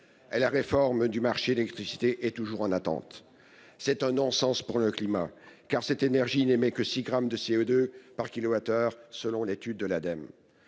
la réforme du marché. L'électricité est toujours en attente. C'est un non-sens pour le climat, car cette énergie n'émet que 6 grammes de CO2 par kWh. Selon l'étude de l'Ademe.